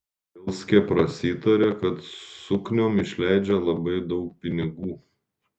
bielskė prasitarė kad sukniom išleidžia labai daug pinigų